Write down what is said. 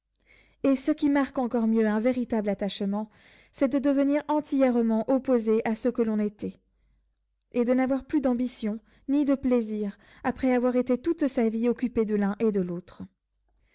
et ce qui marque encore mieux un véritable attachement c'est de devenir entièrement opposé à ce que l'on était et de n'avoir plus d'ambition ni de plaisir après avoir été toute sa vie occupé de l'un et de l'autre